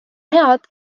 head